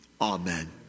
Amen